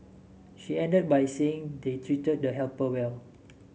she ended by saying they treated the helper well